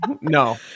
No